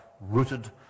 rooted